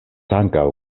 ankaŭ